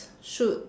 shoot